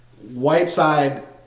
Whiteside